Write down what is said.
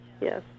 Yes